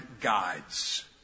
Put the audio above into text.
guides